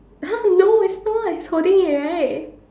!huh! no it's not it's holding it right